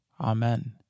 amen